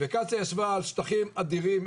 וקצא"א ישבה על שטחים אדירים,